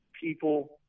people